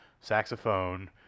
saxophone